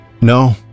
No